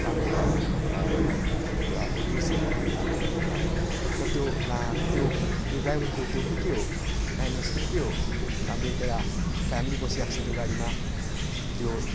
राम्रो भएन अरे तपाईँको टायर पनि त्यो अब बिर्स्यो अरे नि त विचारा भनिदिऊँ न अब तर त्यो ला त्यो त्यो ड्राइभरको त्यो पनि के हो मेनर्स पनि के हो हाम्रो त फ्यामिली बसिरहेको छ त्यो गाडीमा त्यो